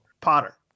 Potter